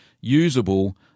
usable